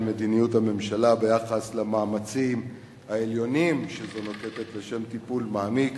על מדיניות הממשלה ביחס למאמצים העליונים שזו נוקטת לשם טיפול מעמיק